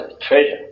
treasure